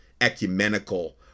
ecumenical